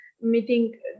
meeting